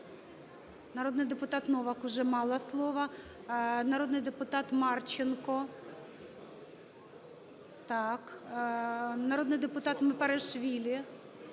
Народний депутат Новак вже мала слово. Народний депутат Марченко. Так, народний депутат Мепарішвілі.